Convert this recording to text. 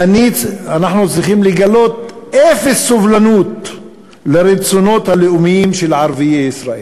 ואנחנו צריכים לגלות אפס סובלנות לרצונות הלאומיים של ערביי ישראל,